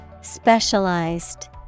Specialized